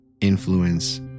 influence